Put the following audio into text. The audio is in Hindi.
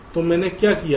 तो मैंने क्या किया है